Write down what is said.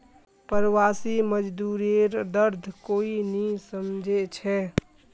प्रवासी मजदूरेर दर्द कोई नी समझे छे